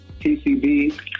TCB